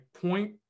point